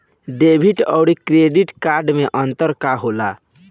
Debit और credit card मे अंतर का होला?